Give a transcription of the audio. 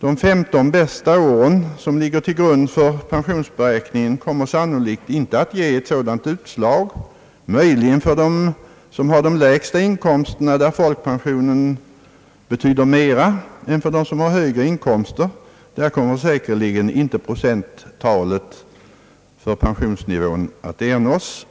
De 15 bästa åren som ligger till grund för pensionsberäkningen kommer sannolikt inte att ge ett sådant utslag utom möjligen för dem som har de lägsta inkomsterna, där folkpensionen betyder mera. För dem som har högre inkomster kommer säkerligen procenttalet för pensionsnivån icke att uppnås.